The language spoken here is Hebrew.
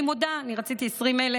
אני מודה, אני רציתי 20,000,